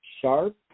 sharp